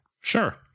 Sure